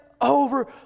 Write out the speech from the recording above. over